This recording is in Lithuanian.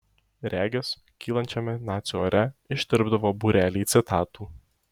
regis kylančiame nacių ore ištirpdavo būreliai citatų